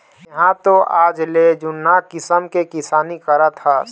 तेंहा तो आजले जुन्ना किसम के किसानी करत हस